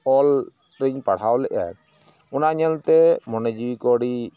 ᱚᱞ ᱨᱮᱧ ᱯᱟᱲᱦᱟᱣ ᱞᱮᱫᱟ ᱚᱱᱟ ᱧᱮᱞᱛᱮ ᱢᱚᱱᱮ ᱡᱤᱣᱤᱠᱚ ᱟᱹᱰᱤ